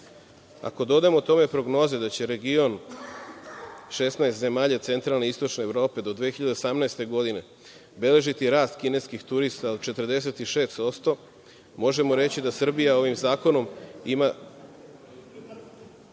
dodamo tome prognoze da će region 16 zemalja centralne istočne Evrope do 2018. godine beležiti rast kineskih turista od 46%, možemo reći da ovim zakonom Srbija